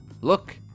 Look